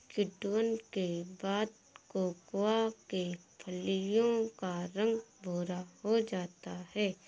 किण्वन के बाद कोकोआ के फलियों का रंग भुरा हो जाता है